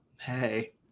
hey